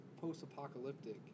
post-apocalyptic